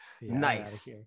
Nice